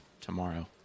tomorrow